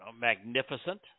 magnificent